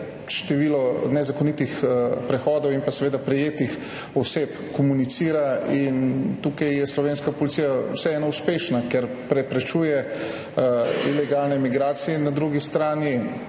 število nezakonitih prehodov in prejetih oseb komunicira. Tukaj je slovenska policija vseeno uspešna, ker preprečuje ilegalne migracije, in na drugi strani